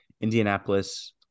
Indianapolis